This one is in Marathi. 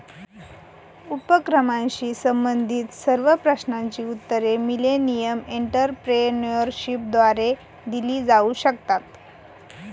उपक्रमाशी संबंधित सर्व प्रश्नांची उत्तरे मिलेनियम एंटरप्रेन्योरशिपद्वारे दिली जाऊ शकतात